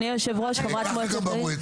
אז מה?